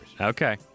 Okay